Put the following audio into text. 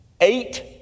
eight